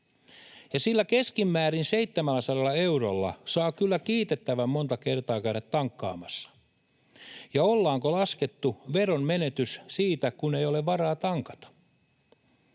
ja sillä keskimäärin 700 eurolla saa kyllä kiitettävän monta kertaa käydä tankkaamassa. Ja ollaanko laskettu veronmenetys siitä, kun ei ole varaa tankata?